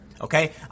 Okay